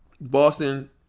Boston